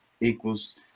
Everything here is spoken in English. equals